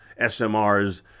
SMRs